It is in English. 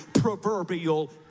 proverbial